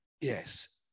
Yes